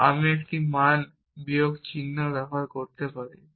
বা আমি একটি মান বিয়োগ চিহ্ন ব্যবহার করতে পারি